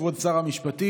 כבוד שר המשפטים,